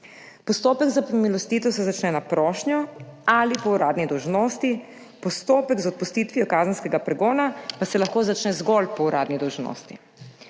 Postopek za pomilostitev se začne na prošnjo ali po uradni dolžnosti. Postopek z opustitvijo kazenskega pregona pa se lahko začne zgolj po uradni dolžnosti.